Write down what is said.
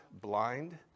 blind